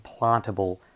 implantable